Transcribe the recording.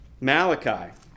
Malachi